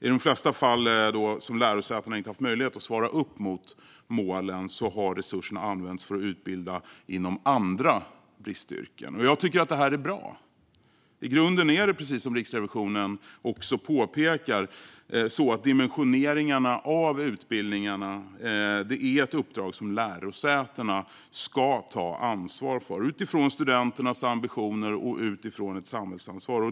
I de flesta fall då lärosätena inte haft möjlighet att svara upp mot målen har resurserna använts för att utbilda inom andra bristyrken. Jag tycker att detta är bra. I grunden är det så, precis som Riksrevisionen påpekar, att dimensioneringen av utbildningarna är ett uppdrag som lärosätena ska ta ansvar för, utifrån studenternas ambitioner och utifrån ett samhällsansvar.